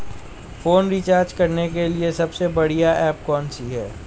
Phone recharge करने के लिए सबसे बढ़िया ऐप कौन सी है?